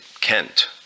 Kent